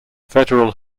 federal